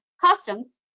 customs